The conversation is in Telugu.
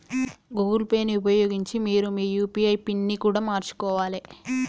గూగుల్ పే ని ఉపయోగించి మీరు మీ యూ.పీ.ఐ పిన్ని కూడా మార్చుకోవాలే